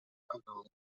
along